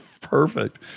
perfect